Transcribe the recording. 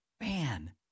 Man